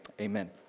amen